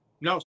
No